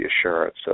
assurance